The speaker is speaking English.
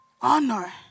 honor